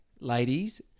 ladies